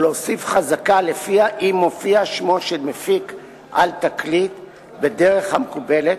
ולהוסיף חזקה שלפיה אם מופיע שמו של מפיק על תקליט בדרך המקובלת,